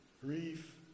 Grief